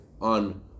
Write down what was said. on